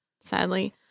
Sadly